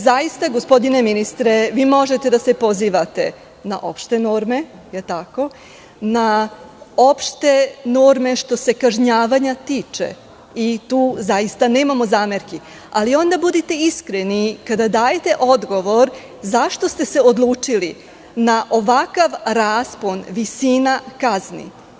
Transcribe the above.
Zaista, gospodine ministre, možete da se pozivate na opšte norme, na opšte norme što se kažnjavanja tiče i tu zaista nemamo zamerki, ali onda budite iskreni kada dajete odgovor – zašto ste se odlučili na ovakav raspon visina kazni?